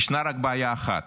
ישנה רק בעיה אחת: